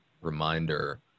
reminder